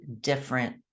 different